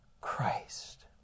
Christ